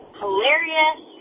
hilarious